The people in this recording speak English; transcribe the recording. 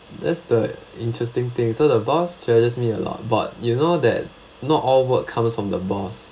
that's the interesting thing so the boss treasures me a lot but you know that not all work comes from the boss